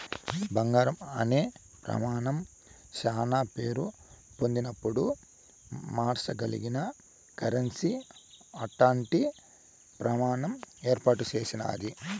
బంగారం అనే ప్రమానం శానా పేరు పొందినపుడు మార్సగలిగిన కరెన్సీ అట్టాంటి ప్రమాణం ఏర్పాటు చేసినాది